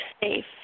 safe